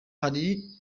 hari